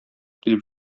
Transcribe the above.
килеп